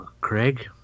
Craig